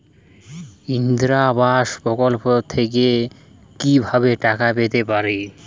ইন্দিরা আবাস প্রকল্প থেকে কি ভাবে টাকা পেতে পারি?